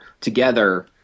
together